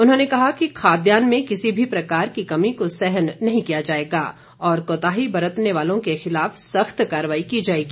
उन्होंने कहा कि खाद्यान्न में किसी भी प्रकार की कमी को सहन नहीं किया जाएगा और कोताही बरतने वालों के खिलाफ सख्त कार्रवाई की जाएगी